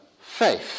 faith